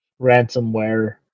ransomware